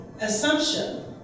assumption